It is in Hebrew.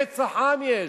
רצח-עם יש.